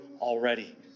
already